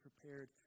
prepared